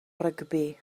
rygbi